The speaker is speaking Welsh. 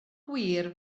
gwir